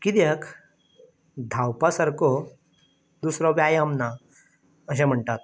कित्याक धांवपा सारको दुसरो व्यायाम ना अशें म्हणटात